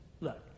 Look